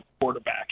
quarterback